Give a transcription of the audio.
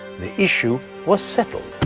the issue was settled.